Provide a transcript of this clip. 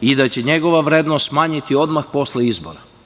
i da će se njegova vrednost smanjiti odmah posle izbora.